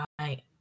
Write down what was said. Right